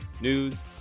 news